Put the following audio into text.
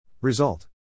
Result